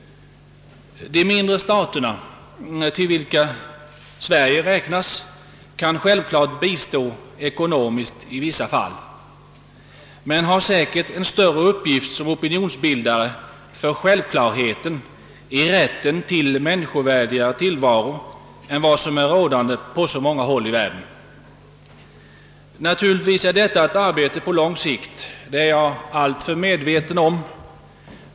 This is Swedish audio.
De mindre staterna, till vilka Sverige räknas, kan självfallet bistå ekonomiskt i vissa fall men har säkerligen en större uppgift som opinionsbildare rörande det självklara i rätten till en människovärdigare tillvaro än den som förekommer på så många håll i världen. Natur-' ligtivs är detta ett arbete på lång sikt — det är jag alltför medveten om.